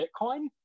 Bitcoin